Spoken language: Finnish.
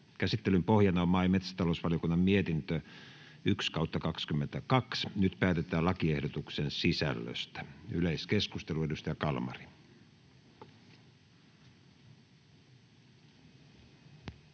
Käsittelyn pohjana on maa- ja metsätalousvaliokunnan mietintö MmVM 1/2022 vp. Nyt päätetään lakiehdotuksen sisällöstä. — Yleiskeskustelu, edustaja Kalmari.